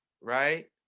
right